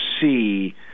see